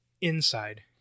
Inside